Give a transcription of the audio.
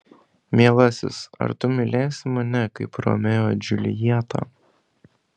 mielasis ar tu mylėsi mane kaip romeo džiuljetą